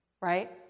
Right